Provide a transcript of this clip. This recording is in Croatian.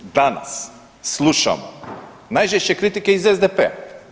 Danas, slušamo najžešće kritike iz SDP-a.